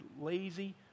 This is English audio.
lazy